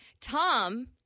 Tom